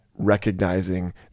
recognizing